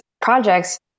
projects